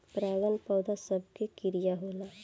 परागन पौध सभ के क्रिया होला